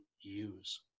use